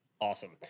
awesome